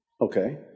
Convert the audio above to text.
Okay